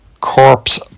corpse